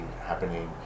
happening